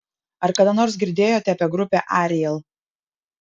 ar kada nors girdėjote apie grupę ariel